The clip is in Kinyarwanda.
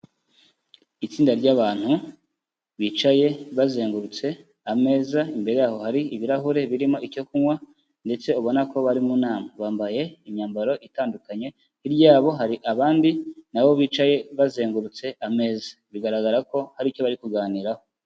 Itsinda ry'bantu bicaye bazengurutse ameza, imbere yaho hari ibirahure birimo icyo kunywa ndetse ubona ko bari mu nama, bambaye imyambaro itandukanye, hirya yabo hari abandi na bo bicaye bazengurutse ameza, bigaragara ko hari icyo bari kuganiraho.